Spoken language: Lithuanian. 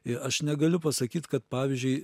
i aš negaliu pasakyt kad pavyzdžiui